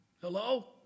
Hello